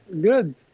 good